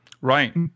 Right